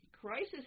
crisis